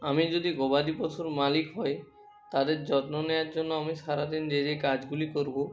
আমি যদি গবাদি পশুর মালিক হই তাদের যত্ন নেয়ার জন্য আমি সারা দিন যে যে কাজগুলি করবো